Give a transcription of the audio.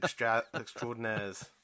Extraordinaires